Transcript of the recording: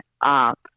up